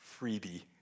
freebie